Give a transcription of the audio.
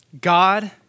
God